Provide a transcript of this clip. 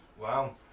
Wow